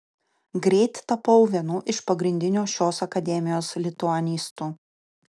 greit tapau vienu iš pagrindinių šios akademijos lituanistų